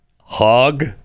hog